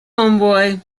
homeboy